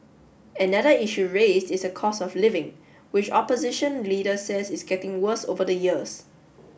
another issue raised is the cost of living which opposition leaders says is getting worse over the years